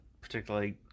particularly